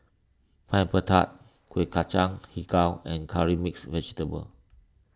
Pineapple Tart Kueh Kacang HiJau and Curry Mixed Vegetable